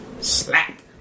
Slap